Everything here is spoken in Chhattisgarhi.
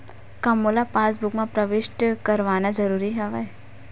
का मोला पासबुक म प्रविष्ट करवाना ज़रूरी हवय?